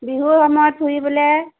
বিহু সময়ত ফুৰিবলৈ